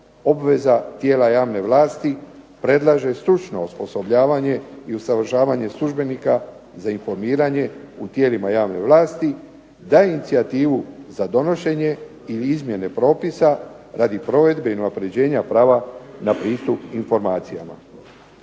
obveza tijela javne vlasti, predlaže stručno osposobljavanje i usavršavanje službenika za informiranje u tijelima javne vlasti daje inicijativu za donošenje i izmjene propisa radi provedbe i unapređenja prava na pristup informacijama.